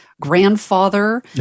grandfather